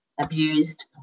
abused